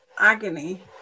agony